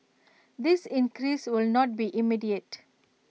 this increase will not be immediate